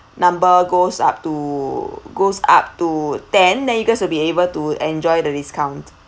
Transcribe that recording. number goes up to goes up to ten then you guys will be able to enjoy the discount